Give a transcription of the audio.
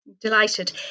Delighted